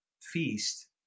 feast